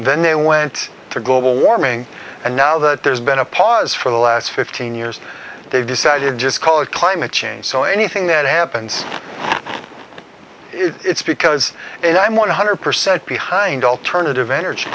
then they went to global warming and now that there's been a pause for the last fifteen years they've decided just call it climate change so anything that happens it's because and i'm one hundred percent behind alternative energy